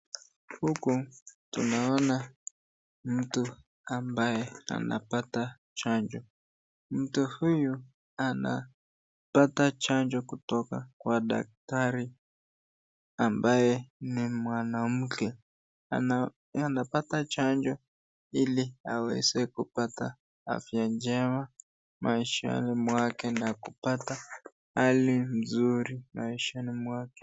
Huku tunaona mtu ambaye anapata chanjo, mtu huyu anapata chanjo kutoka kwa dakitari ambaye ni mwanamke. Anapata chanjo ili aweze kupata afya njema maishani mwake, na kupata hali nzuri maishani mwake.